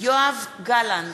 יואב גלנט,